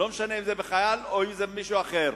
לא משנה אם זה בחייל או אם זה במישהו אחר.